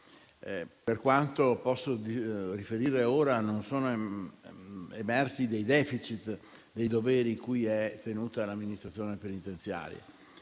Per quanto posso riferire ora, non sono emersi dei *deficit* nei doveri cui è tenuta l'amministrazione penitenziaria.